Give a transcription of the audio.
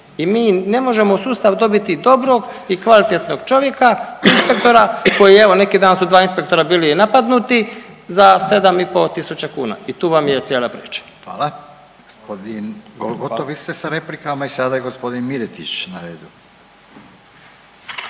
i mi ne možemo u sustav dobiti dobrog i kvalitetnog čovjeka inspektora koji evo neki dan su dva inspektora bili i napadnuti za 7,5 tisuća kuna i tu vam je cijela priča. **Radin, Furio (Nezavisni)** Hvala. Gospodin, gotovi ste sa replikama i sada je g. Miletić na redu,